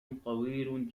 طويل